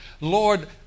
Lord